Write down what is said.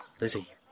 Lizzie